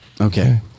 Okay